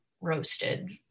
roasted